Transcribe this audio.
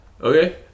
Okay